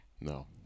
No